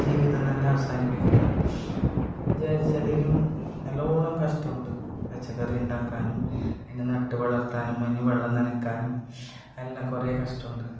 ജീവിതം തന്നെ അവസാനിപ്പിക്കുന്നത് വിചാരിച്ചതിലും നല്ലവണ്ണം കഷ്ടടമുണ്ട് പച്ചക്കറി ഉണ്ടാക്കാനും അതിനെ നട്ട് വളർത്താനും അതിന് വെള്ളം നനയ്ക്കാനും എല്ലാം കുറേ കഷ്ടടമുണ്ട്